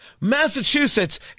Massachusetts